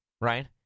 right